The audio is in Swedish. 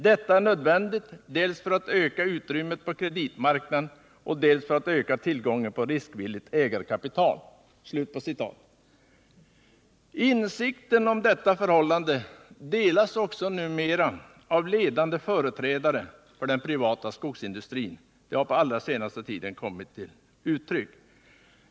Detta är nödvändigt dels för att öka utrymmet på kreditmarknaden, dels för att öka tillgången på riskvilligt ägarkapital.” Insikten om detta förhållande delas numera också av ledande företrädare för den privata skogsindustrin, något som på den allra senaste tiden kommit till uttryck.